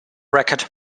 record